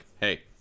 hey